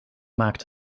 maakt